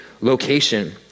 location